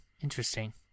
interesting